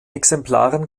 exemplare